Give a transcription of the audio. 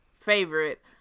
favorite